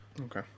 okay